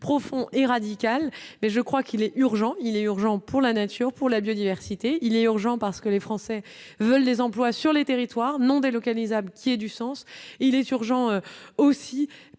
profond et radical, mais je crois qu'il est urgent, il est urgent pour la nature pour la biodiversité, il est urgent, parce que les Français veulent des emplois sur les territoires non délocalisables qui ait du sens, il est urgent, aussi